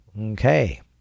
Okay